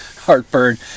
heartburn